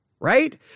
right